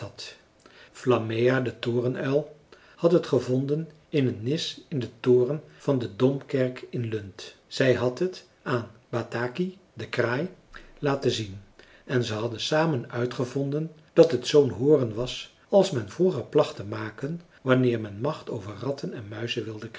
flammea de torenuil had het gevonden in een nis in den toren van de domkerk in lund zij had het aan bataki den kraai laten zien en ze hadden samen uitgevonden dat het zoo'n horen was als men vroeger placht te maken wanneer men macht over ratten en muizen wilde